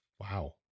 Wow